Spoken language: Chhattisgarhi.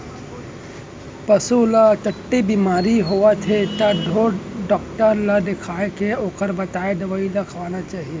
पसू ल टट्टी बेमारी होवत हे त ढोर डॉक्टर ल देखाके ओकर बताए दवई ल खवाना चाही